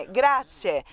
grazie